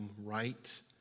right